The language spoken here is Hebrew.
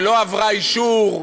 שלא עברה אישור,